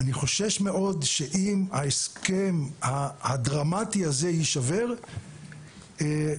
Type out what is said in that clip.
אני חושש מאוד שאם ההסכם הדרמטי הזה יישבר - זה